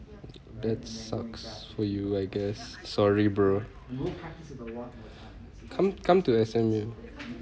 that sucks for you I guess sorry bro come come to S_M_U